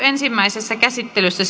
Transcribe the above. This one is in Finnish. ensimmäisessä käsittelyssä